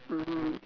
mmhmm